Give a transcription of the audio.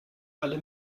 alle